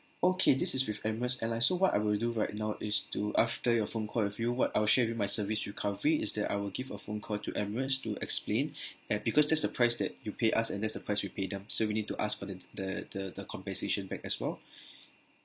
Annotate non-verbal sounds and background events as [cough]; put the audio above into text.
okay this is with emirates airline so what I will do right now is to after your phone with you what I'll share with you my service recovery is that I will give a phone call to emirates to explain [breath] and because this the price that you pay us and that's the price we pay them so we need to ask for the the the the compensation back as well